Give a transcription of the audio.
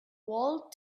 walled